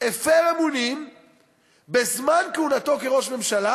הפר אמונים בזמן כהונתו כראש ממשלה,